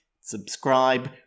Subscribe